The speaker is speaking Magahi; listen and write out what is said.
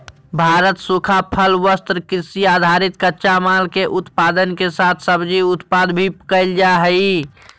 भारत सूखा फल, वस्त्र, कृषि आधारित कच्चा माल, के उत्पादन के साथ सब्जी उत्पादन भी कैल जा हई